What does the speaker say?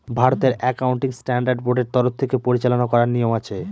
ভারতের accounting standard বোর্ডের তরফ থেকে পরিচালনা করার নিয়ম আছে